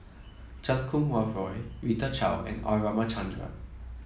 Chan Kum Wah Roy Rita Chao and R Ramachandran